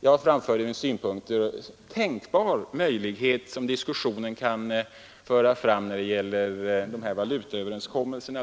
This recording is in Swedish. Jag framförde vidare synpunkter om en tänkbar möjlighet när det gäller valutaöverenskommelserna.